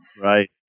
Right